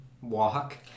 walk